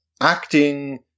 acting